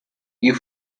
you